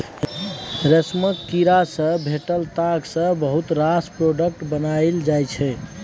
रेशमक कीड़ा सँ भेटल ताग सँ बहुत रास प्रोडक्ट बनाएल जाइ छै